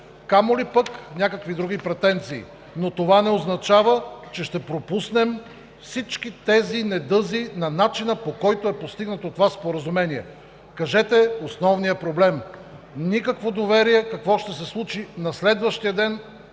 камо ли пък някакви други претенции, но това не означава, че ще пропуснем всички тези недъзи на начина, по който е постигнато това споразумение. Кажете основния проблем: никакво доверие какво ще се случи на следващия ден